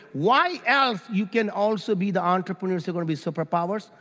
why else you can also be the entrepreneurs are gonna be superpowers?